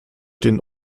den